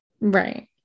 Right